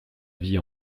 vie